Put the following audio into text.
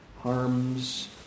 harms